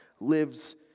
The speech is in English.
lives